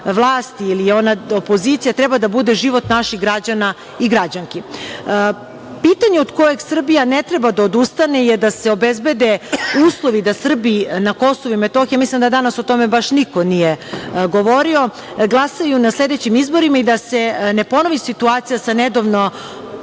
vlasti ili je ona opozicija, treba da bude život naših građana i građanki. Pitanje od kojeg Srbija ne treba da odustane je da se obezbede uslovi da Srbi na Kosovu i Metohiji, mislim da danas o tome baš niko nije govorio, glasaju na sledećim izborima i da se ne ponovi situacija…Gospodine